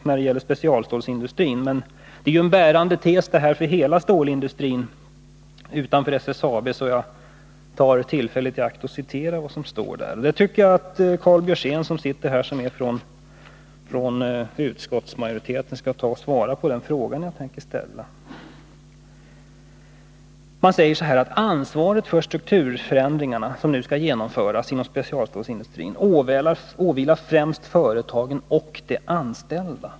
Här gäller det specialstålsindustrin, men detta är en bärande tes för hela stålindustrin utanför SSAB: ”Ansvaret för strukturförändringarna”, som nu skall genomföras inom specialstålsindustrin, ”åvilar främst företagen och de anställda.” Jag tycker att Karl Björzén från utskottsmajoriteten skall svara på den fråga jag tänker ställa.